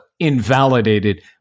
Invalidated